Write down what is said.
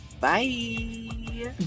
bye